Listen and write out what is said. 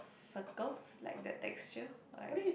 circles like that texture like